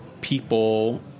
People